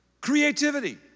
creativity